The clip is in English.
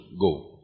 go